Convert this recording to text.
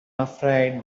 afraid